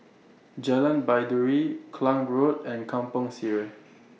Jalan Baiduri Klang Road and Kampong Sireh